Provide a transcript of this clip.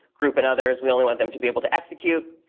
group and others, we only want them to be able to execute.